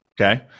Okay